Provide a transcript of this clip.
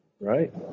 right